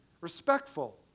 respectful